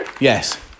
Yes